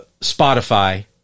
Spotify